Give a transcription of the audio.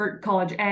college